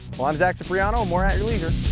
well i'm zach cipriano. more at your leisure